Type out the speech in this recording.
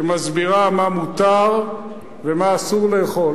שמסביר מה מותר ומה אסור לאכול.